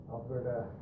Alberta